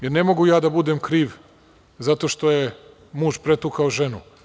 Jer, ne mogu ja da budem kriv zato što je muž pretukao ženu.